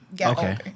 Okay